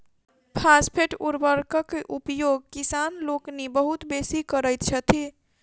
phosphate उर्वरकक उपयोग किसान लोकनि बहुत बेसी करैत छथि